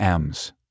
Ms